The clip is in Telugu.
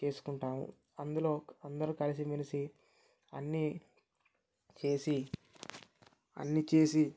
చేసుకుంటాము అందులో అందరు కలిసి మెలిసి అన్ని చేసి అన్ని చేసి